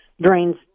drains